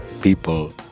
people